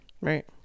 Right